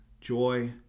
joy